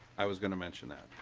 i was going to mention that.